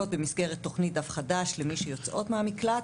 במסגרת תוכנית "דף חדש" למי שיוצאות מהמקלט,